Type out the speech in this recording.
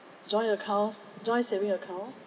joint accounts joint saving account